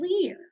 clear